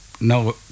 No